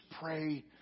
pray